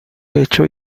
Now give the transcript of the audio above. pecho